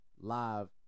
live